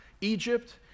Egypt